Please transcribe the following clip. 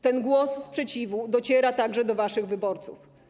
Ten głos sprzeciwu dociera także do waszych wyborców.